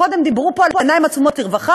קודם דיברו פה על "עיניים עצומות לרווחה",